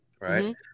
right